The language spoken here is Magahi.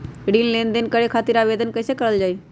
ऋण लेनदेन करे खातीर आवेदन कइसे करल जाई?